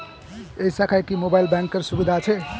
এই শাখায় কি মোবাইল ব্যাঙ্কের সুবিধা আছে?